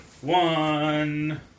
one